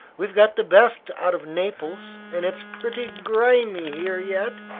we've got the best out of naples, and it's pretty grimey here yet.